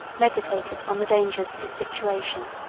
meditated on the dangers of his situation.